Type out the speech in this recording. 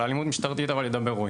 על האלימות המשטרתית ידבר רועי.